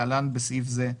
(להלן בסעיף זה,